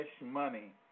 money